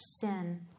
sin